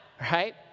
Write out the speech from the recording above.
right